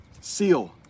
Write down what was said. seal